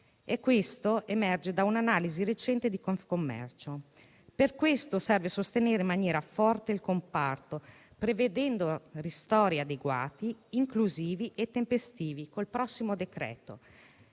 Questo emerge da un'analisi recente di Confcommercio. Per questo serve sostenere in maniera forte il comparto, prevedendo ristori adeguati, inclusivi e tempestivi col prossimo decreto,